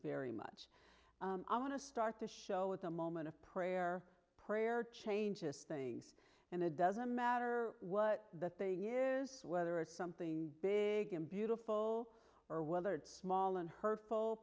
very much i want to start the show with a moment of prayer prayer changes things and it doesn't matter what the thing is whether it's something big and beautiful or whether it's small and hurtful